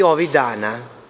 Ovih dana.